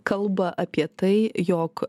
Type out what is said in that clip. kalba apie tai jog